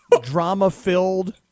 drama-filled